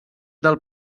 del